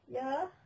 ya